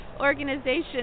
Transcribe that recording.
organization